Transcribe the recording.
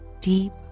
deep